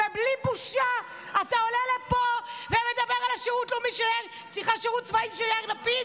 ובלי בושה אתה עולה לפה ומדבר על השירות הצבאי של יאיר לפיד?